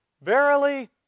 Verily